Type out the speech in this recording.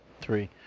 three